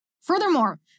Furthermore